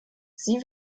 sie